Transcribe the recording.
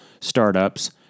startups